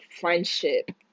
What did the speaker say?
friendship